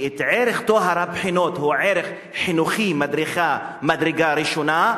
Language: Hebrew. טוהר הבחינות הוא ערך חינוכי ממדרגה ראשונה,